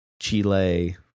Chile